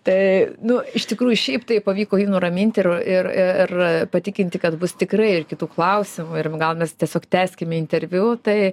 tai nu iš tikrųjų šiaip tai pavyko jį nuraminti ir ir ir patikinti kad bus tikrai ir kitų klausimų ir gal mes tiesiog tęskime interviu tai